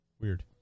weird